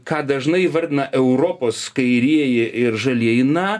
ką dažnai įvardina europos kairieji ir žalieji na